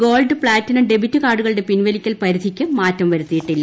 gold platinum debit കാർഡുകളുടെ പിൻവലിക്കൽ പരിധിക്ക് മാറ്റം വരുത്തിയിട്ടില്ല